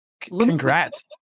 congrats